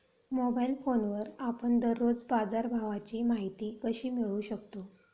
Mobile फोनवर आपण दररोज बाजारभावाची माहिती कशी मिळवू शकतो?